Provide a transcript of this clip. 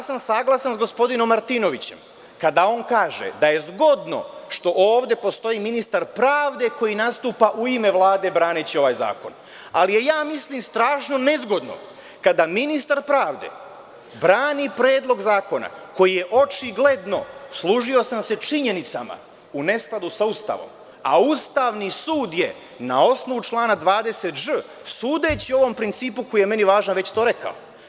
Saglasan sam sa gospodinom Martinovićem kada on kaže da je zgodno što ovde postoji ministar pravde koji nastupa u ime Vlade braneći ovaj zakon, ali mislim da je strašno nezgodno kada ministar pravde brani predlog zakona koji je očigledno, služio sam se činjenicama, u neskladu sa Ustavom, a Ustavni sud je, na osnovu člana 20ž, sudeći o ovom principu koji je meni važan, već to rekao.